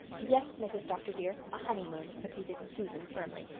yes, mrs. dr. dear, a honeymoon, repeated susan firmly.